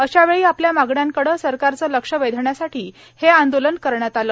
अशावेळी आपल्या मागण्यांकडे सरकारचे लक्ष वेधण्यासाठी हे आंदोलन करण्यात आले